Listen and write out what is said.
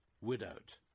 widowed